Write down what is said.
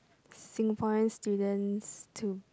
Singaporean students to